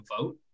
vote